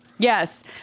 Yes